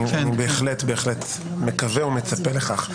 אני בהחלט מקווה ומצפה לכך.